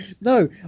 No